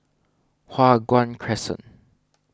Hua Guan Crescent